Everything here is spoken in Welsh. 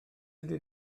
ydy